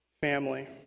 family